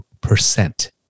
Percent